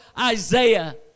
Isaiah